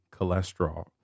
cholesterol